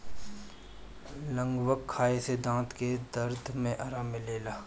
लवंग खाए से दांत के दरद में आराम मिलेला